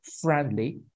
friendly